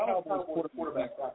quarterback